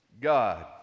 God